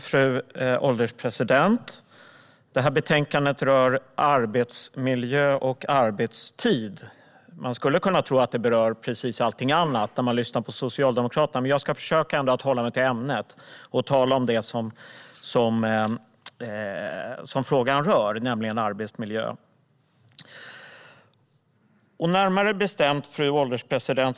Fru ålderspresident! Det här betänkandet rör arbetsmiljö och arbetstid. När man lyssnar på Socialdemokraterna skulle man kunna tro att det berör precis allting annat. Men jag ska försöka att hålla mig till ämnet och tala om det som betänkandet rör, nämligen arbetsmiljö. Fru ålderspresident!